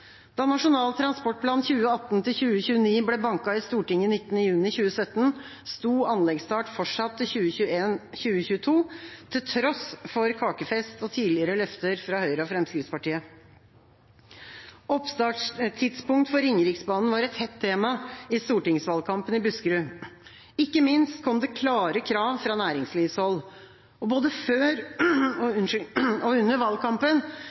Da Nasjonal transportplan 2018–2029 ble banket i Stortinget 19. juni i år, sto anleggsstart fortsatt til 2021/2022, til tross for kakefest og tidligere løfter fra Høyre og Fremskrittspartiet. Oppstartstidspunkt for Ringeriksbanen var et hett tema i stortingsvalgkampen i Buskerud. Ikke minst kom det klare krav fra næringslivshold. Både før og under valgkampen lovte representanter for Buskerud Høyre og